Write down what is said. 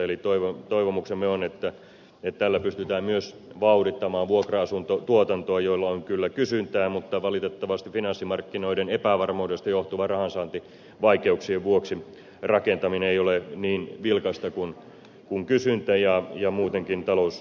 eli toivomuksemme on että tällä pystytään myös vauhdittamaan vuokra asuntotuotantoa joilla on kyllä kysyntää mutta valitettavasti finanssimarkkinoiden epävarmuudesta johtuvien rahansaantivaikeuksien vuoksi rakentaminen ei ole niin vilkasta kuin kysyntä ja muutenkin talous edellyttäisi